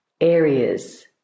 areas